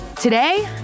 Today